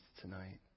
tonight